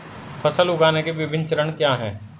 फसल उगाने के विभिन्न चरण क्या हैं?